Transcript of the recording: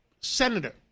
senator